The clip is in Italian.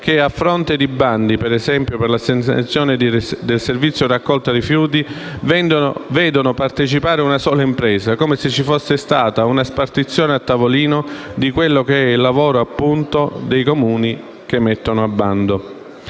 che, a fronte di bandi - per esempio - per l'assegnazione del servizio raccolta rifiuti, vedono partecipare una sola impresa, come se ci fosse stata una spartizione a tavolino del lavoro dei Comuni che bandiscono